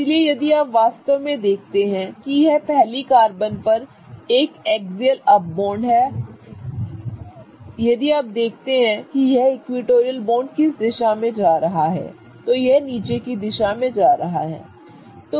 इसलिए यदि आप वास्तव में देखते हैं कि यह पहली कार्बन पर एक एक्सियल अप बॉन्ड है यदि आप देखते हैं कि यह इक्विटोरियल बॉन्ड किस दिशा में जा रहा है तो यह नीचे की दिशा में जा रहा है